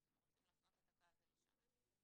אז אם רוצים להפנות את הכעס, זה לשם.